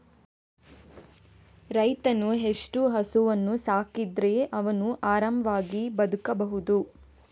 ರೈತ ಎಷ್ಟು ಹಸುವನ್ನು ಸಾಕಿದರೆ ಅವನು ಆರಾಮವಾಗಿ ಬದುಕಬಹುದು?